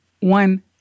one